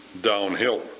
downhill